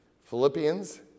Philippians